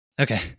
Okay